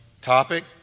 topic